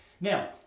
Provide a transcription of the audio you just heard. Now